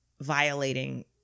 violating